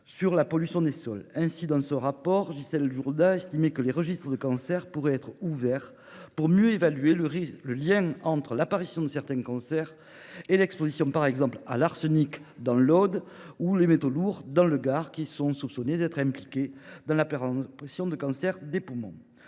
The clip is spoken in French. réhabilitation de ces sols. Dans ce dernier rapport, Gisèle Jourda estimait que les registres des cancers pourraient être ouverts pour mieux évaluer le lien entre l'apparition de certains cancers et l'exposition, par exemple, à l'arsenic dans l'Aude ou à des métaux lourds dans le Gard- ils sont soupçonnés d'être impliqués dans l'apparition de cancers des poumons.